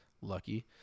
lucky